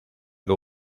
con